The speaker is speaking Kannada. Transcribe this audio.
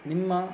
ನಿಮ್ಮ